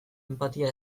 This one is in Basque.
enpatia